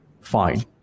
fine